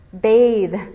bathe